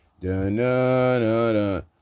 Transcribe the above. Da-na-na-na